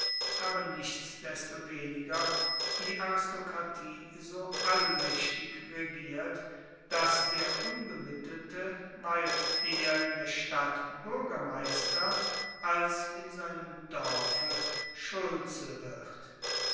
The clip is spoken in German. aber nichtsdestoweniger die aristokratie so allmaechtig regiert dass der unbemittelte weit eher in der stadt buergermeister als in seinem dorfe schulze wird